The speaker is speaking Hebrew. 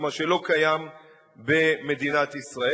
מה שלא קיים במדינת ישראל.